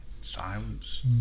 silence